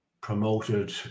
promoted